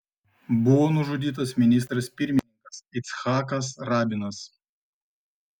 buvo nužudytas ministras pirmininkas icchakas rabinas